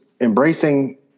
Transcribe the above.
embracing